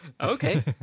Okay